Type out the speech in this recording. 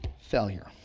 Failure